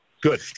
Good